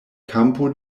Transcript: kampo